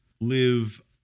live